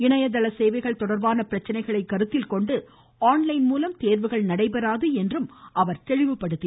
இணையதள சேவைகள் தொடர்பான பிரச்சினைகளை கருத்தில்கொண்டு ஆன்லைன் மூலம் தேர்வுகள் நடைபெறாது என்றும் அவர் தெளிவுபடுத்தினார்